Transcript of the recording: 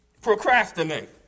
procrastinate